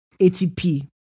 ATP